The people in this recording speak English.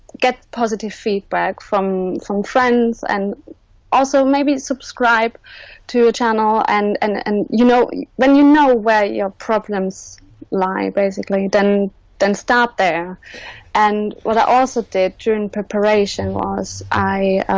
get positive feedback from from friends and also maybe subscribe to a channel and and and you know when you know where your problems lie basically then then start there and what i also did during and preparation was i